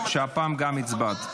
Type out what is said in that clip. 143 והוראת שעה) (תיקון),